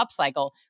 upcycle